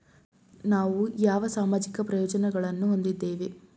ನಾವು ಯಾವ ಸಾಮಾಜಿಕ ಪ್ರಯೋಜನಗಳನ್ನು ಹೊಂದಿದ್ದೇವೆ?